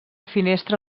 finestra